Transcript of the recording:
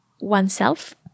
oneself